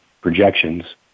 projections